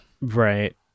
Right